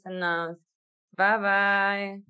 bye-bye